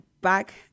Back